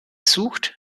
sucht